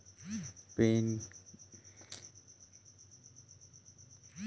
KYC बर PAN card number भी जरूरी हे कौन?